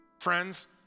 Friends